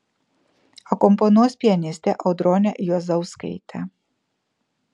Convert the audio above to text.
akompanuos pianistė audronė juozauskaitė